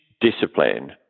discipline